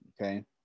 okay